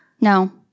No